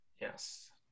yes